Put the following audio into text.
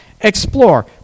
Explore